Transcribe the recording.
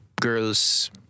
girls